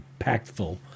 impactful